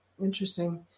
Interesting